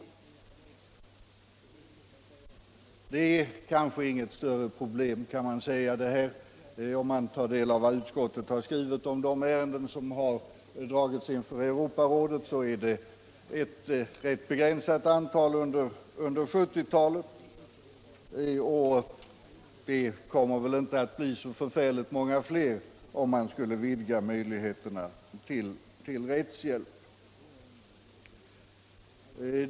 När man tar del av utskottets uppgifter om antalet behandlade fall under 1970-talet kan man ju säga sig att detta inte är något större problem. Det kommer väl inte heller att bli så många fler om man skulle vidga möjligheterna till rättshjälp.